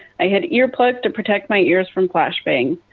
i had earplugs to protect my ears from flash bangs.